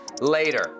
later